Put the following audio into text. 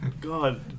God